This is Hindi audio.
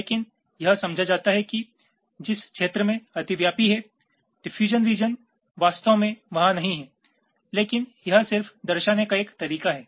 लेकिन यह समझा जाता है कि जिस क्षेत्र में अतिव्यापी है डिफयूजन रिजन वास्तव में वहां नहीं है लेकिन यह सिर्फ दर्शाने का एक तरीका है